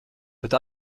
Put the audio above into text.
bet